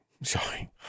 sorry